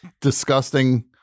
disgusting